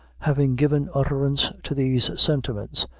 having given utterance to these sentiments,